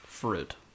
fruit